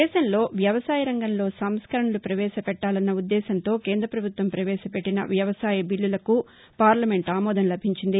దేశంలో వ్యవసాయ రంగంలో సంస్కరణలు ప్రవేశ పెట్టాలన్న ఉద్దేశ్యంతో కేంద్ర ప్రభుత్వం ప్రవేశ పెట్టిన వ్యవసాయ చిల్లులకు పార్లమెంటు ఆమోదం లభించింది